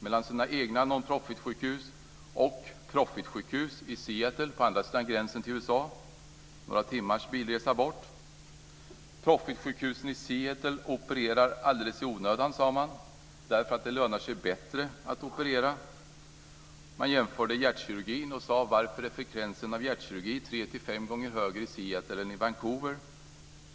mellan sina egna nonprofit-sjukhus och profit-sjukhus i Seattle på andra sidan gränsen till USA några timmars bilresa bort. Profit-sjukhusen i Seattle opererar alldeles i onödan, sade man. Det lönar sig nämligen bättre att operera. Man jämförde hjärtkirurgin och frågade: Varför är frekvensen av hjärtkirurgi tre till fem gånger högre i Seattle än i Vancouver?